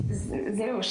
זהו,